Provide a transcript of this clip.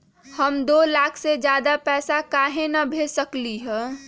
हम दो लाख से ज्यादा पैसा काहे न भेज सकली ह?